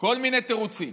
כל מיני תירוצים,